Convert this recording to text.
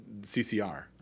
CCR